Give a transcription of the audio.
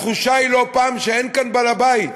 התחושה היא לא פעם שאין כאן בעל-בית,